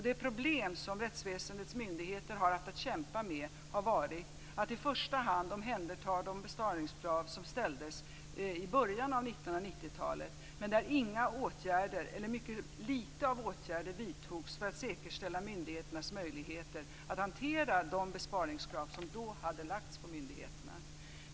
De problem som rättsväsendets myndigheter har att kämpa med har varit att i första hand omhänderta de besparingskrav som ställdes i början av 1990-talet men där mycket lite av åtgärder vidtogs för att säkerställa myndigheternas möjligheter att hantera de besparingskrav som då hade lagts på myndigheterna.